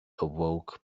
awoke